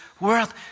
world